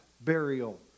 burial